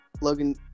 Logan